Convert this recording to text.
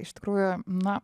iš tikrųjų na